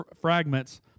fragments